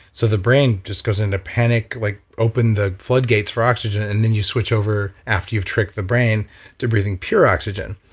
so the brain just goes into panic, like open the floodgates for oxygen and then you switch over after you've tricked the brain to breath in pure oxygen.